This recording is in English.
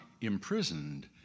imprisoned